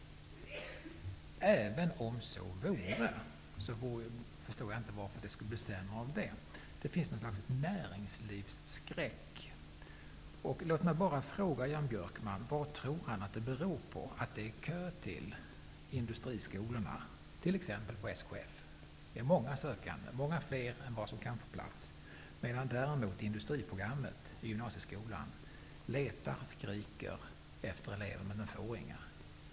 Även om så vore, förstår jag inte varför förslagen skulle bli sämre. Det finns något slags näringslivsskräck. Vad tror Jan Björkman att det beror på att det är kö till industriskolorna på t.ex. SKF? Där finns fler sökande än vad det finns plats för. Däremot letar och skriker industriprogrammet i gymnasieskolan efter elever, men får inga.